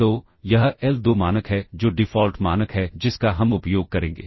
तो यह l2 मानक है जो डिफ़ॉल्ट मानक है जिसका हम उपयोग करेंगे